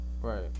Right